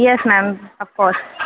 yes ma'am of course